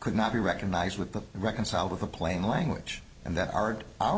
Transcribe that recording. could not be recognized with the reconciled with a plain language and that ard our